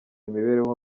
imibereho